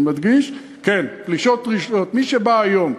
אני מדגיש: כן, פלישות טריות, מי שבא היום,